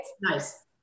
Nice